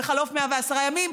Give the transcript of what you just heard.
בחלוף 110 ימים,